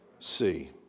See